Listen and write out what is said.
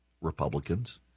Republicans